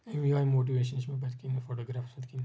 یِہٕے موٹویشن چھِ مےٚ پٔتۍ کِن فوٹوگرافس پٔتۍ کِن